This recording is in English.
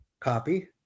Copy